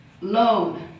Load